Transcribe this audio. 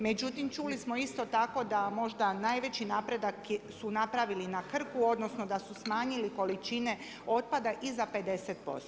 Međutim, čuli smo isto tako, da možda najveći napredak su napravili na Krku, odnosno, da su smanjili količine otpada i za 50%